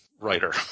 writer